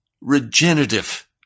regenerative